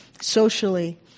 socially